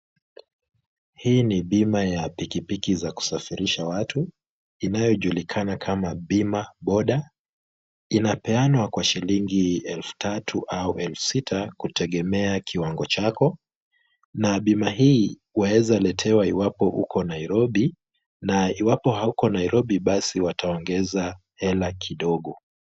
Hii ni bima ya pikipiki za kusafirisha watu, inayojulikana kama Bima Boda, ambayo inapeanwa kwa shilingi elfu tatu au elfu sita kutegemea kiwango chako. Na bima huo unaweza letewa iwapo uko Nairobi, na iwapo hauko Nairobi basi wataongeza hela kidogo.